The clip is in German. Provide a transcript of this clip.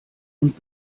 und